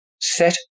set